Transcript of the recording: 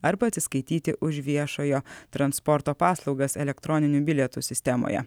arba atsiskaityti už viešojo transporto paslaugas elektroninių bilietų sistemoje